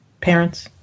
parents